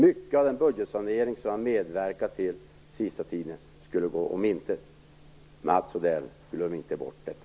Mycket av den budgetsanering som vi har medverkat till under den senaste tiden skulle gå om intet. Glöm inte bort detta,